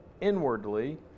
inwardly